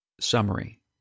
Summary